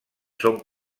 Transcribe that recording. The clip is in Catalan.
són